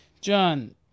John